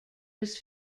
was